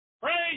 Praise